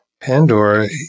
Pandora